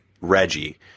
Reggie